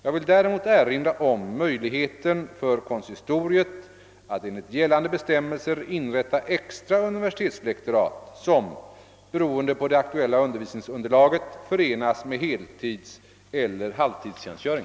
Jag vill däremot erinra om möjligheten för konsistoriet att enligt gällande bestämmelser inrätta extra universitetslektorat, som — beroende på det aktuella undervisningsunderlaget — förenas med heltidseller halvtidstjänstgöring.